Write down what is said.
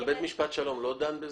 בית משפט השלום לא דן בזה?